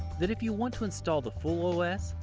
that if you want to install the full ah ah os,